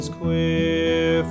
queer